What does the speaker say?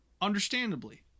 understandably